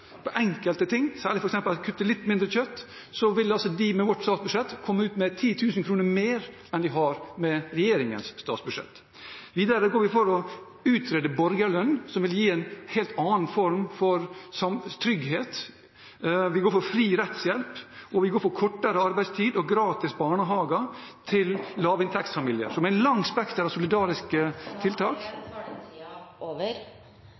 på enkelte ting, f.eks. spiser litt mindre kjøtt, vil altså den med vårt statsbudsjett komme ut med 10 000 kr mer enn med regjeringens statsbudsjett. Videre går vi for å utrede borgerlønn, som vil gi en helt annen form for trygghet. Vi går for fri rettshjelp. Vi går for kortere arbeidstid og gratis barnehage for lavinntektsfamilier. Det er vidt spekter av solidariske